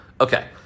Okay